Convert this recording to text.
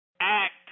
act